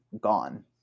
gone